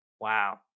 wow